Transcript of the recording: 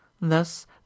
thus